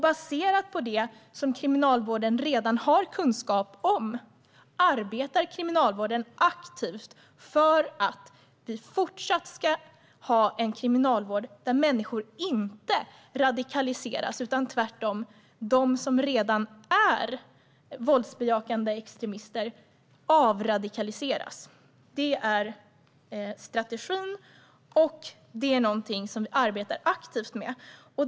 Baserat på det som Kriminalvården redan har kunskap om arbetar Kriminalvården aktivt för att vi fortsatt ska ha en kriminalvård där människor inte radikaliseras utan där tvärtom de som redan är våldsbejakande extremister avradikaliseras. Det är strategin och något som vi arbetar aktivt med.